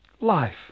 Life